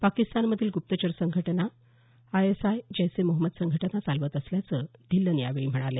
पाकिस्तान मधील ग्रप्तचर संघटना आएसआय जैश ए मोहम्मद संघटना चालवत असल्याचं धिल्लन यावेळी म्हणाले